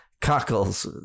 Cockles